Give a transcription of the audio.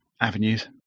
avenues